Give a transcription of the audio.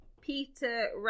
Peter